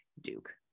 Duke